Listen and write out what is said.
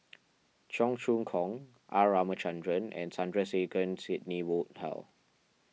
Cheong Choong Kong R Ramachandran and Sidney Woodhull